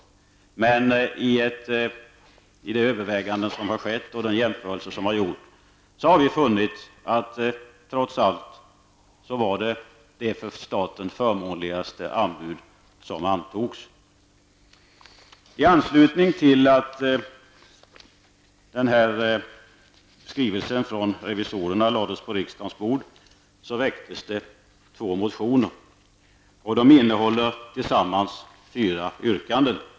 I de överväganden och den jämförelse som har gjorts, har funnit att det trots allt var det för staten förmånligaste anbudet som antogs. Det väcktes två motioner i anslutning till att den här skrivelsen från revisorerna lades på riksdagens bord. De innehåller tillsammans fyra yrkanden.